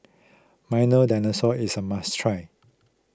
Milo Dinosaur is a must try